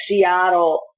Seattle